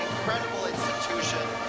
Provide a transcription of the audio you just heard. incredible institution.